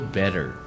better